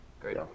Great